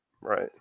Right